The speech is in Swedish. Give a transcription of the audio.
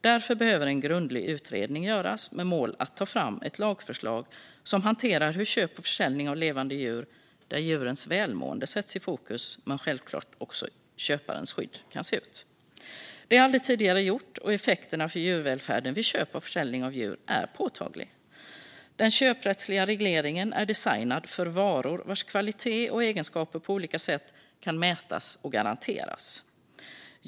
Därför behöver en grundlig utredning göras med mål att ta fram ett lagförslag som hanterar köp och försäljning av levande djur, där djurens välmående sätts i fokus men självklart också hur köparens skydd kan se ut. Det är aldrig tidigare gjort, och effekterna för djurvälfärden vid köp och försäljning av djur är påtagliga. Den köprättsliga regleringen är designad för varor vars kvalitet och egenskaper på olika sätt kan mätas och garanteras.